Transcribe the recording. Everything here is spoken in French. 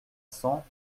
cents